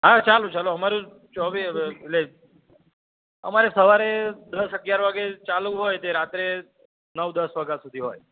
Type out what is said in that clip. હા ચાલુ ચાલુ અમારું ચોવીસ એટલે અમારે સવારે દસ અગિયાર વાગ્યે ચાલુ હોય તે રાત્રે નવ દસ વાગ્યા સુધી હોય